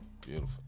Beautiful